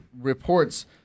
reports